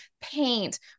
paint